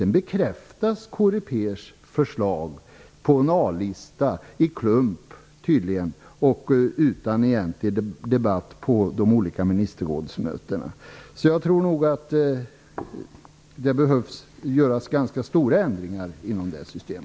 Sedan bekräftas Corepers förslag på en A-lista, tydligen i klump, och utan egentlig debatt på de olika minsterrådsmötena. Jag tror nog att det behövs ganska stora förändringar inom detta system.